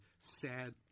sad –